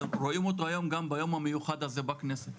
קיימות גם היום ביום המיוחד הזה בכנסת,